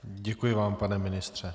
Děkuji vám, pane ministře.